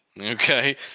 Okay